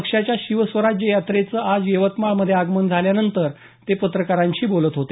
पक्षाच्या शिवस्वराज्य यात्रेचे आज यवतमाळ मध्ये आगमन झाल्यानंतर ते पत्रकारांशी बोलत होते